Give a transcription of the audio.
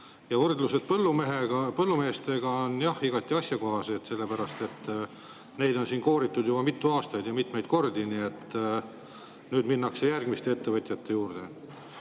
Ja võrdlused põllumeestega on igati asjakohased, sellepärast et neid on siin kooritud juba mitu aastat ja mitmeid kordi, nii et nüüd minnakse järgmiste ettevõtjate juurde.